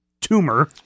tumor